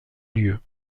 lieu